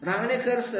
Rangnekar sir